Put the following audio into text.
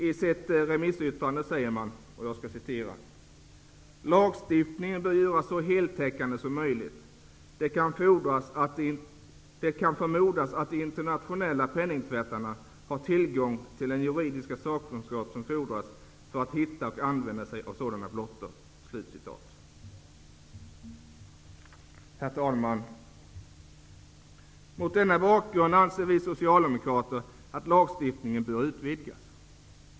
I sitt remissyttrande säger man: ''Lagstiftningen bör göras så heltäckande som möjligt. Det kan förmodas att de internationella ''penningtvättarna' har tillgång till den juridiska sakkunskap som fordras för att hitta och använda sig av sådana blottor.'' Herr talman! Mot denna bakgrund anser vi socialdemokrater att lagstiftningen bör utvidgas.